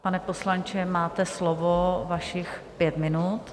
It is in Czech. Pane poslanče, máte slovo, vašich pět minut.